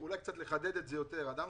אולי קצת לחדד את זה יותר: אדם